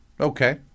Okay